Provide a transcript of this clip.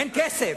אין כסף.